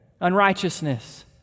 unrighteousness